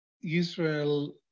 Israel